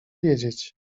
wiedzieć